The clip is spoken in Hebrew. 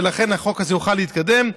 ולכן החוק הזה יוכל להתקדם,